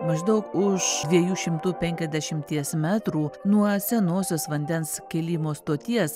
maždaug už dviejų šimtų penkiasdešimties metrų nuo senosios vandens kėlimo stoties